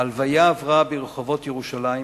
ההלוויה עברה ברחובות ירושלים